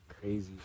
crazy